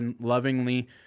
lovingly